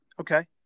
okay